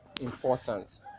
important